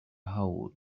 hole